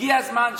הגיע הזמן שתשמעו,